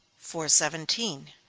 four seventeen.